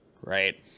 right